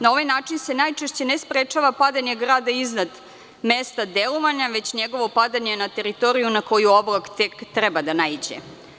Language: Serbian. Na ovaj način se najčešće ne sprečava padanje grada iznad mesta delovanja, već njegovo padanje na teritoriju na koju oblak tek treba da naiđe.